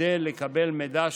כדי לקבל מידע,